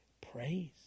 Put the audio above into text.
praise